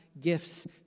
gifts